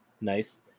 nice